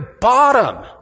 bottom